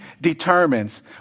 determines